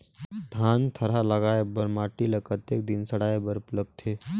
धान थरहा लगाय बर माटी ल कतेक दिन सड़ाय बर लगथे?